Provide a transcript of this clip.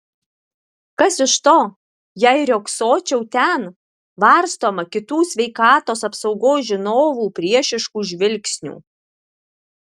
kas iš to jei riogsočiau ten varstoma kitų sveikatos apsaugos žinovų priešiškų žvilgsnių